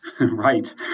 Right